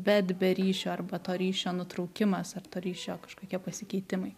bet be ryšio arba to ryšio nutraukimas ar to ryšio kažkokie pasikeitimai